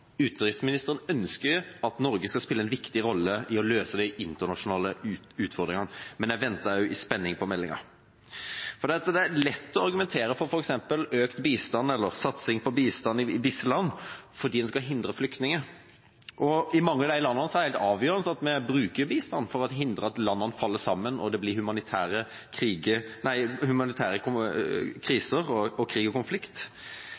utenriksministeren ønsker at Norge skal spille en viktig rolle i å løse de internasjonale utfordringene, men jeg venter i spenning på meldinga. Det er lett å argumentere for f.eks. økt bistand eller satsing på bistand i visse land, fordi en vil hindre at det blir flyktninger, og i mange av disse landene er det avgjørende at vi bruker bistand for å hindre at landene faller sammen, og at det blir humanitære kriser og krig og konflikt.